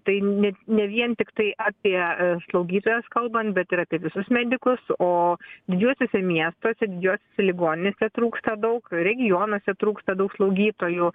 tai ne ne vien tiktai apie slaugytojas kalbant bet ir apie visus medikus o didžiuosiuose miestuose didžiosiose ligoninėse trūksta daug regionuose trūksta daug slaugytojų